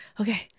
okay